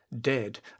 dead